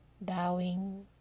bowing